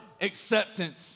acceptance